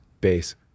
Bass